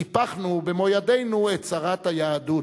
טיפחנו במו-ידינו את צרת היהדות.